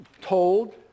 told